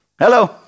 Hello